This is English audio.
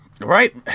Right